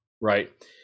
right